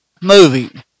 movie